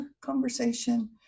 conversation